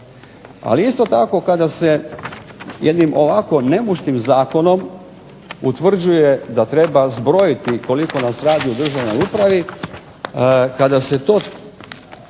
Ali isto tako kada se jednim ovako nemuštim zakonom utvrđuje da treba zbrojiti koliko nas radi u državnoj upravi, kada se to